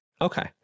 Okay